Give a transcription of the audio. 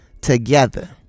together